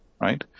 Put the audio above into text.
right